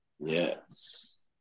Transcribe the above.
Yes